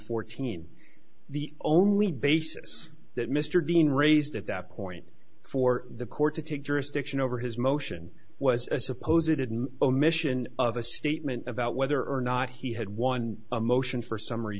fourteen the only basis that mr dean raised at that point for the court to take jurisdiction over his motion was i suppose it had an omission of a statement about whether or not he had won a motion for summary